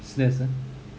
serious ah